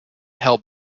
help